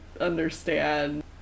understand